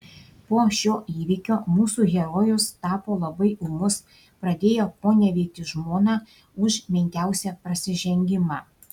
po šio įvykio mūsų herojus tapo labai ūmus pradėjo koneveikti žmoną už menkiausią prasižengimą